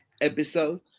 episode